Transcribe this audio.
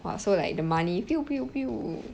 !wah! so like the money